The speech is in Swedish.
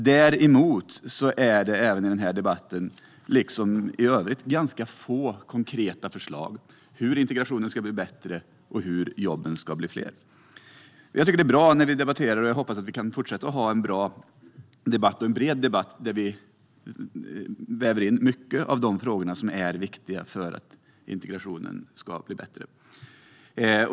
I övrigt har det i debatten kommit upp ganska få konkreta förslag om hur integrationen ska bli bättre och hur jobben ska bli fler. Det är bra att vi debatterar, och jag hoppas att vi kan fortsätta att ha en bra och bred debatt där vi väver in många av de frågor som är viktiga för att integrationen ska bli bättre.